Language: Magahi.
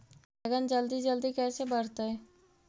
बैगन जल्दी जल्दी कैसे बढ़तै?